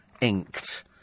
inked